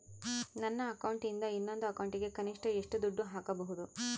ನನ್ನ ಅಕೌಂಟಿಂದ ಇನ್ನೊಂದು ಅಕೌಂಟಿಗೆ ಕನಿಷ್ಟ ಎಷ್ಟು ದುಡ್ಡು ಹಾಕಬಹುದು?